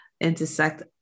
intersect